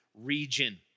region